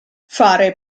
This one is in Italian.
fare